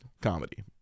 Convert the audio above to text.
comedy